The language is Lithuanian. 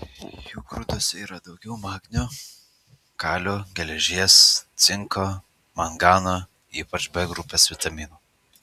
jų grūduose yra daugiau magnio kalio geležies cinko mangano ypač b grupės vitaminų